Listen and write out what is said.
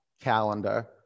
calendar